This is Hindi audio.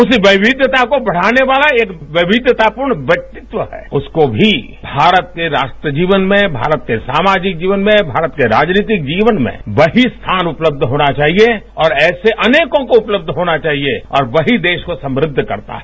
उस विविधता को बढ़ाने वाला एक विविधतापूर्ण व्यक्तित्व है उसको भी भारत के राष्ट्रीय जीवन में भारत के सामाजिक जीवन में भारत के राजनीतिक जीवन में वही स्थान उपलब्ध होना चाहिए और ऐसे अनेकों को उपलब्ध होना चाहिए और वही देश को समृद्ध करता है